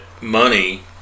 money